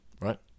right